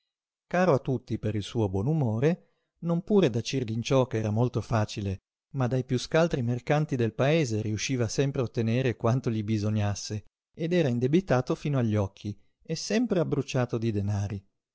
caro a tutti per il suo buon umore non pure da cirlinciò ch'era molto facile ma dai piú scaltri mercanti del paese riusciva sempre a ottenere quanto gli bisognasse ed era indebitato fino agli occhi e sempre abbruciato di denari